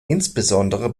insbesondere